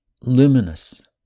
luminous